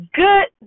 good